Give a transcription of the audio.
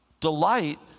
delight